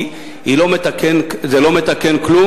כי זה לא מתקן כלום,